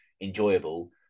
enjoyable